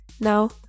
Now